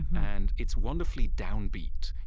and it's wonderfully downbeat.